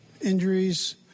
Injuries